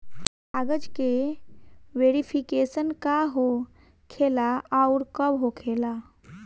कागज के वेरिफिकेशन का हो खेला आउर कब होखेला?